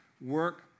work